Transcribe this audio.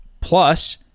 Plus